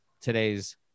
today's